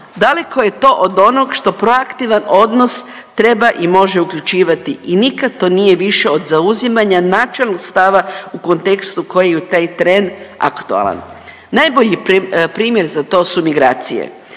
daleko je to od onog što proaktivan odnos treba i može uključivati i nikad to nije više od zauzimanja načelnog stava u kontekstu koji je u taj tren aktualan. Najbolji primjer za to su migracije,